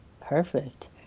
Perfect